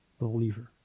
believer